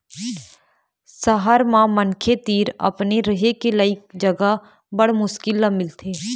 सहर म मनखे तीर अपने रहें के लइक जघा बड़ मुस्कुल ल मिलथे